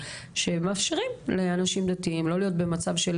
שמאפשרים לאנשים דתיים לא להיות במצב של